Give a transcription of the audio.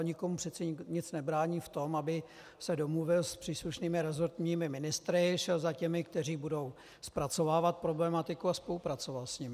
Nikomu přece nic nebrání v tom, aby se domluvil s příslušnými resortními ministry, šel za těmi, kteří budou zpracovávat problematiku, a spolupracoval s nimi.